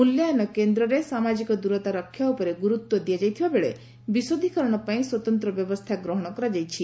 ମିଲ୍ୟାୟନ କେନ୍ଦରେ ସାମାଜିକ ଦୂରତା ରକ୍ଷା ଉପରେ ଗୁରୁତ୍ ଦିଆଯାଇଥିବା ବେଳେ ବିଶୋଧିକରଣ ପାଇଁ ସ୍ୱତନ୍ତ ବ୍ୟବସ୍ରା ଗ୍ରହଶ କରାଯାଇଛି